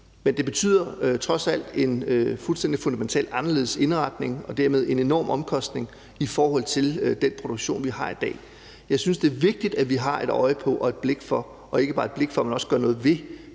betyder det trods alt en fuldstændig fundamentalt anderledes indretning og dermed en enorm omkostning i forhold til den produktion, vi har i dag. Jeg synes, det er vigtigt, at vi har et øje på og et blik for, ikke bare et blik for, men også gør noget ved